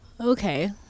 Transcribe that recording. Okay